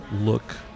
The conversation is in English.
look